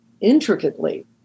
intricately